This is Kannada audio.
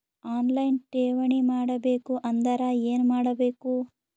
ಆನ್ ಲೈನ್ ಠೇವಣಿ ಮಾಡಬೇಕು ಅಂದರ ಏನ ಮಾಡಬೇಕು?